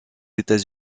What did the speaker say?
états